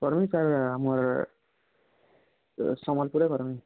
କରିବି ସାର୍ ଆମର୍ ଏ ସମ୍ବଲପୁରରେ କରବି